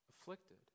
afflicted